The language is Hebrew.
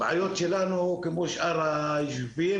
הבעיות שלנו כמו שאר הישובים,